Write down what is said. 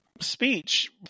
speech